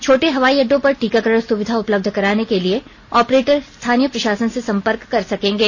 छोटे हवाई अड्डों पर टीकाकरण सुविधा उपलब्ध कराने के लिए ऑपरेटर स्थानीय प्रशासन से संपर्क कर सकेंगे